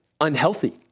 unhealthy